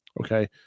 Okay